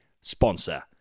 sponsor